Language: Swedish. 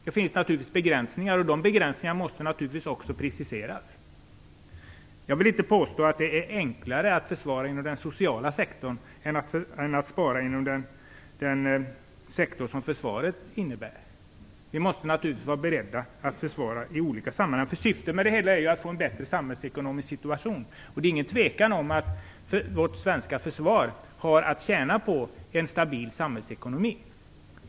Det finns naturligtvis begränsningar, och de måste preciseras. Jag vill inte påstå att det är enklare att spara inom den sociala sektorn än det är att spara inom försvarssektorn. Vi måste naturligtvis vara beredda att spara i olika sammanhang. Syftet med det hela är ju att få en bättre samhällsekonomisk situation. Det råder inget tvivel om att det svenska försvaret har att tjäna på en stabil samhällsekonomi.